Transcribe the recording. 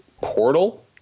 portal